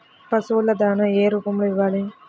పశువుల దాణా ఏ రూపంలో ఇవ్వాలి?